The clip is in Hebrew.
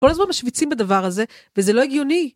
כל הזמן משוויצים בדבר הזה, וזה לא הגיוני.